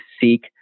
seek